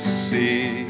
see